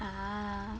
ah